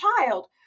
child